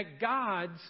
God's